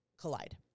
collide